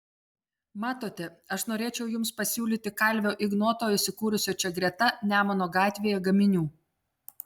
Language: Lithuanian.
matote aš norėčiau jums pasiūlyti kalvio ignoto įsikūrusio čia greta nemuno gatvėje gaminių